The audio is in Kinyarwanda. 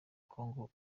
congo